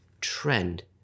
trend